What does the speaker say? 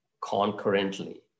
concurrently